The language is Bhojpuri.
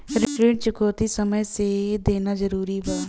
ऋण चुकौती समय से देना जरूरी बा?